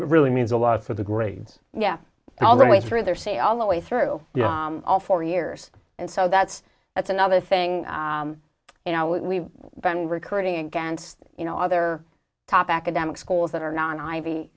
really means a lot for the grades yeah always through their say all the way through all four years and so that's that's another thing you know we've been recruiting against you know other top academic schools that are non i